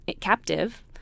captive